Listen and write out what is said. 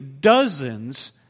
dozens